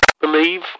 Believe